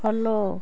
follow